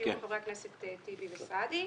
ויהיו בה חברי הכנסת טיבי וסעדי.